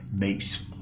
makes